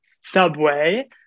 Subway